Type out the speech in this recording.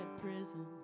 prison